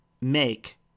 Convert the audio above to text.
make